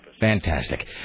Fantastic